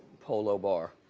polo bar.